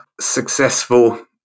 successful